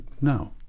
No